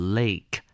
lake